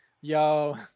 Yo